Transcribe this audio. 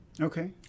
Okay